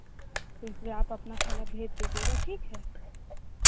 इसलिए आप अपना थैला भेज दीजिएगा ठीक है